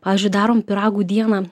pavyzdžiui darom pyragų dieną